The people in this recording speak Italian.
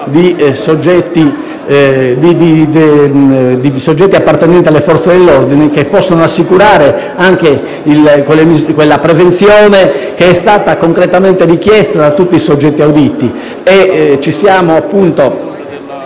di soggetti appartenenti alle Forze dell'ordine che possano assicurare quella prevenzione che è stata concretamente richiesta da tutti i soggetti auditi.